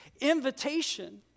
invitation